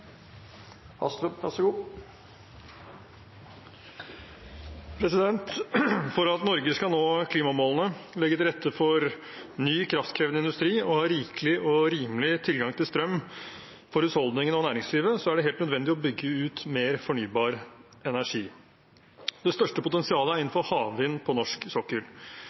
For at Norge skal nå klimamålene, legge til rette for ny kraftkrevende industri og ha rikelig og rimelig tilgang til strøm for husholdningene og næringslivet, er det helt nødvendig å bygge ut mer fornybar energi. Det største potensialet er innenfor havvind på norsk sokkel.